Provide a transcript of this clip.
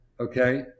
okay